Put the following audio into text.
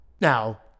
Now